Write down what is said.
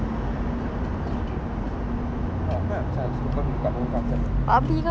jap sakit !alah! aku baru nak suruh kau duduk dekat longkang sana